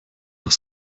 nach